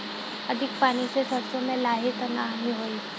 अधिक पानी से सरसो मे लाही त नाही होई?